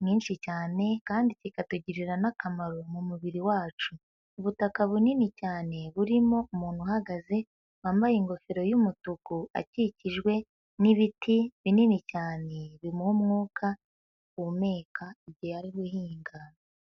mwinshi cyane kandi kikatugirira n'akamaro mu mubiri wacu. Ubutaka bunini cyane burimo umuntu uhagaze, wambaye ingofero y'umutuku, akikijwe n'ibiti binini cyane, bimuha umwuka ahumeka igihe ari guhinga.